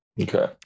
Okay